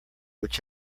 which